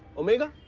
omega?